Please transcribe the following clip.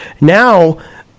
Now